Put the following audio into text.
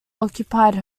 occupied